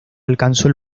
alcanzó